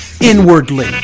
inwardly